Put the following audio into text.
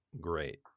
great